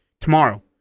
Tomorrow